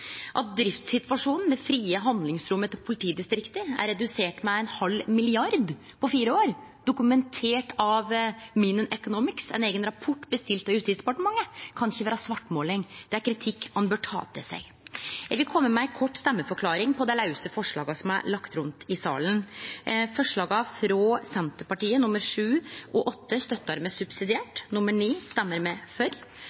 At driftssituasjonen og det frie handlingsrommet til politidistrikta er redusert med ein halv milliard på fire år, dokumentert av Menon Economics i ein eigen rapport bestilt av Justis- og beredskapsdepartementet, kan ikkje vere svartmåling. Det er kritikk ein bør ta til seg. Eg vil kome med ei kort stemmeforklaring til dei såkalla lause forslaga som er lagde fram. Forslaga nr. 7 og 8 frå Senterpartiet støttar